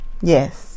Yes